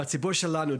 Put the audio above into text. בציבור שלנו,